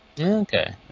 Okay